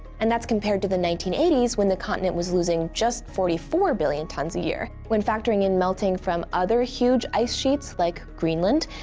and that's compared to the nineteen eighty s, when the continent was losing just forty four billion tons a year. when factoring in melting from other huge ice sheets like greenland,